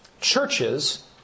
churches